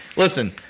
Listen